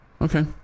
Okay